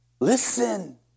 Listen